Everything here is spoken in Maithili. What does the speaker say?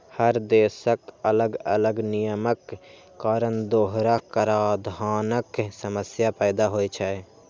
हर देशक अलग अलग नियमक कारण दोहरा कराधानक समस्या पैदा होइ छै